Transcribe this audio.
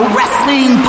Wrestling